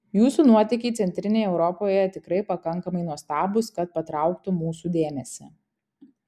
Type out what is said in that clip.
jūsų nuotykiai centrinėje europoje tikrai pakankamai nuostabūs kad patrauktų mūsų dėmesį